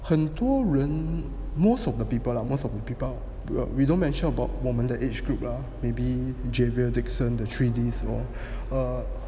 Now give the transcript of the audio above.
很多人 most of the people lah most of the people will we don't mention about 我们的 age group lah maybe javier dixon the three dees or err